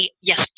yes